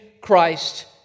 Christ